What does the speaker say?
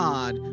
God